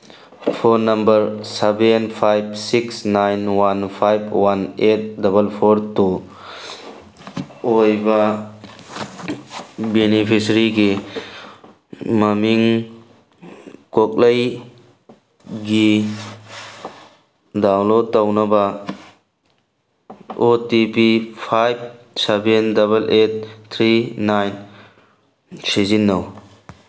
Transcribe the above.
phone number seven five six nine one five one eight double four two ꯑꯣꯏꯕ ꯕꯤꯅꯤꯐꯤꯁꯔꯤꯒꯤ ꯃꯃꯤꯡ ꯀ꯭ꯋꯣꯛꯂꯩꯒꯤ download ꯇꯧꯅꯕ O T P five seven double eight three nine ꯁꯤꯖꯤꯟꯅꯧ